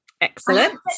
Excellent